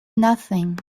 nothing